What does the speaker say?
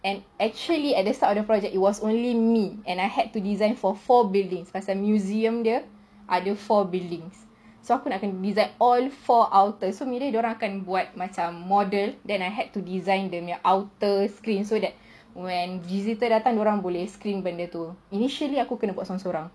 and actually at the start of the project it was only me and I had to design for four building pasal museum dia ada four buildings then I had to design all four outer thing so that when visitor datang dorang boleh scan benda tu initially aku kena buat sorang-sorang